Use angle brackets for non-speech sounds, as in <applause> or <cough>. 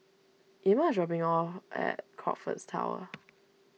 Ima dropping me off at Crockfords Tower <noise>